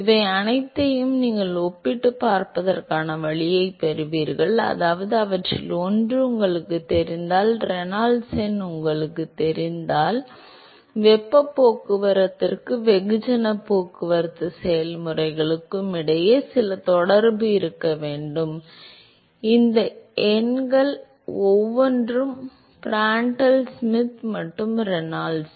இவை அனைத்தையும் நீங்கள் ஒப்பிட்டுப் பார்ப்பதற்கான வழியைப் பெறுவீர்கள் அதாவது அவற்றில் ஒன்று உங்களுக்குத் தெரிந்தால் ரெனால்ட்ஸ் எண் உங்களுக்குத் தெரிந்தால் வெப்பப் போக்குவரத்துக்கும் வெகுஜனப் போக்குவரத்து செயல்முறைகளுக்கும் இடையே சில தொடர்பு இருக்க வேண்டும் இந்த எண்கள் ஒவ்வொன்றும் பிராண்டல் ஷ்மிட் மற்றும் ரெனால்ட்ஸ்